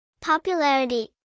Popularity